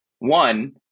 One